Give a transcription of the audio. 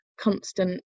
constant